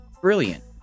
Brilliant